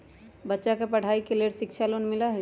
बच्चा के पढ़ाई के लेर शिक्षा लोन मिलहई?